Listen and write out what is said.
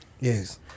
yes